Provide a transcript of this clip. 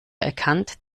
erkannt